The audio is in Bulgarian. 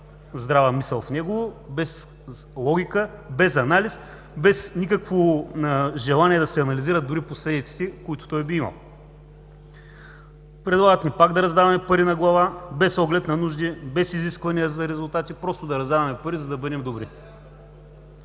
здрава мисъл в него, без логика, без анализ, без никакво желание да се анализират дори последиците, които той би имал. Предлагат ни пак да раздаваме пари на глава, без оглед на нужди, без изисквания за резултати, просто да раздаваме пари, за да бъдем добри.